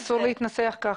אסור להתנסח ככה.